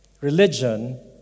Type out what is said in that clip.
religion